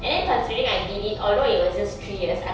and then considering I did it although it was just three years I